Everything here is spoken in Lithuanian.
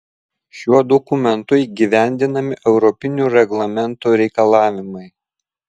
šiuo dokumentu įgyvendinami europinių reglamentų reikalavimai